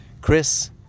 Chris